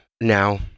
Now